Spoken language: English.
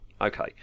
Okay